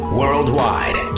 worldwide